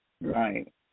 Right